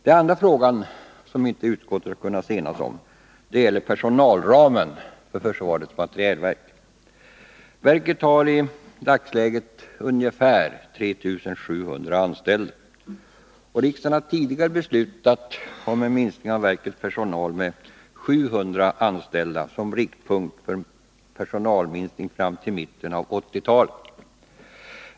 Den andra frågan som utskottet inte har kunnat enas om gäller personalramen för försvarets materielverk. Verket har i dagsläget ungefär 3 700 anställda. Riksdagen har tidigare beslutat om en minskning av verkets personal med 700 anställda, vilket är en riktpunkt för personalminskningen fram till mitten av 1980-talet.